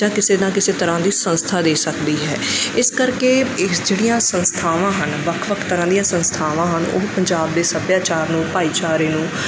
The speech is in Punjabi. ਜਾਂ ਕਿਸੇ ਨਾ ਕਿਸੇ ਤਰ੍ਹਾਂ ਦੀ ਸੰਸਥਾ ਦੇ ਸਕਦੀ ਹੈ ਇਸ ਕਰਕੇ ਇਹ ਜਿਹੜੀਆਂ ਸੰਸਥਾਵਾਂ ਹਨ ਵੱਖ ਵੱਖ ਤਰ੍ਹਾਂ ਦੀਆਂ ਸੰਸਥਾਵਾਂ ਹਨ ਉਹ ਪੰਜਾਬ ਦੇ ਸੱਭਿਆਚਾਰ ਨੂੰ ਭਾਈਚਾਰੇ ਨੂੰ